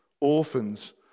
orphans